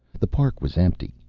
the park was empty.